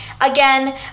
Again